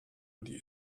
die